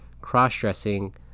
cross-dressing